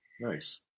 nice